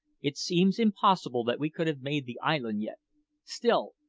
it seems impossible that we could have made the island yet still,